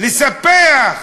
לספח,